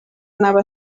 anava